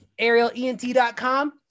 Arielent.com